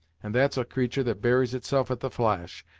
and that's a creatur' that buries itself at the flash,